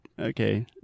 okay